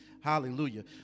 Hallelujah